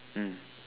mm